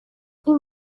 این